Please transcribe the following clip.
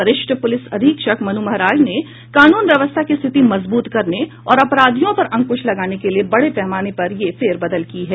वरिष्ठ प्रलिस अधीक्षक मनु महाराज ने कानून व्यवस्था की स्थित मजबूत करने और अपराधियों पर अंकुश लगाने के लिए बड़े पैमाने पर यह फेरबदल की है